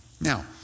Now